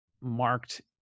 marked